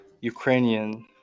ukrainian